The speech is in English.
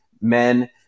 men